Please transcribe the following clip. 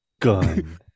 gun